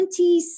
20